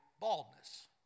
baldness